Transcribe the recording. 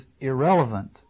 irrelevant